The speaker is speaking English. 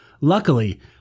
luckily